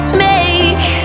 make